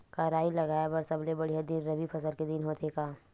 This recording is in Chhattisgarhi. का राई लगाय बर सबले बढ़िया दिन रबी फसल के दिन होथे का?